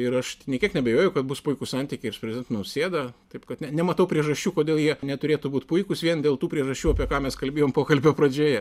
ir aš nė kiek neabejoju kad bus puikūs santykiai ir su prezidentu nausėda taip kad nematau priežasčių kodėl jie neturėtų būt puikūs vien dėl tų priežasčių apie ką mes kalbėjom pokalbio pradžioje